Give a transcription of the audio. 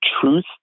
truth